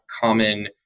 common